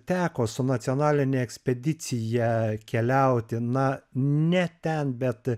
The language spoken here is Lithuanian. teko su nacionaline ekspedicija keliauti na ne ten bet